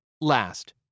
Last